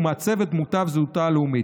והמעצב את דמותה וזהותה הלאומית".